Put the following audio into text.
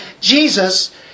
Jesus